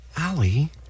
Ali